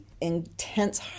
intense